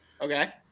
Okay